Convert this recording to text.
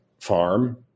farm